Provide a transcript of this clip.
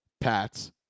Pats